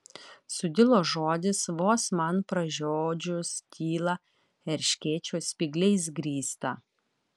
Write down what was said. sudilo žodis vos man pražiodžius tylą erškėčio spygliais grįstą